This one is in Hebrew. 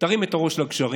תרים את הראש לגשרים,